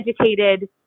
educated